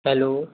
hello